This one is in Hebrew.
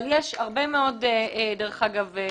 אבל יש הרבה מאוד, דרך אגב,